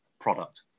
product